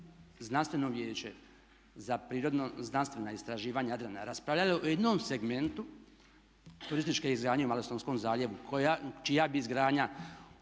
Znanstveno vijeće za prirodno znanstvena istraživanja Jadrana raspravljalo o jednom segmentu turističke izgradnje u Malostonskom zaljevu čija bi izgradnja